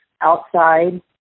outside